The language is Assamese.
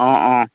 অ' অ'